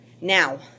Now